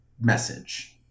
message